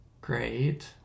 Great